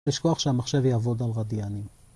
יש כוח שהמחשב יעבוד על רדיאנים